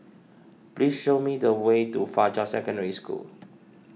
please show me the way to Fajar Secondary School